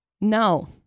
No